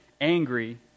angry